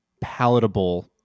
palatable